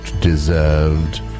deserved